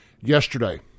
yesterday